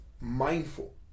mindful